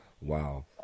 Wow